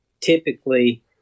typically